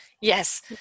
yes